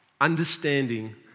understanding